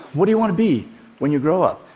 what do you want to be when you grow up?